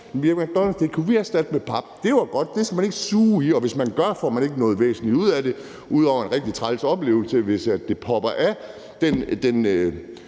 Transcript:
Vi kunne erstatte det med pap. Det ville være godt, for det skal man ikke suge af, og hvis man gør det, får man ikke noget væsentligt ud af det, ud over en rigtig træls oplevelse, hvis det hopper af